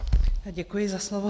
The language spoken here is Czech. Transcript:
Děkuji za slovo.